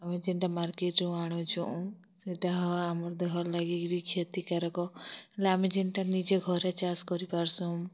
ଆମେ ଯେନ୍ଟା ମାର୍କେଟ୍ରୁ ଆଣୁଛୁଁ ସେଟା ଆମର୍ ଦେହର୍ ଲାଗି ବି କ୍ଷତିକାରକ ହେଲେ ଆମେ ଯେନ୍ଟା ନିଜେ ଘରେ ଚାଷ୍ କରିପାର୍ସୁଁ